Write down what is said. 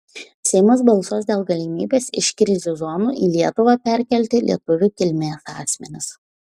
seimas balsuos dėl galimybės iš krizių zonų į lietuvą perkelti lietuvių kilmės asmenis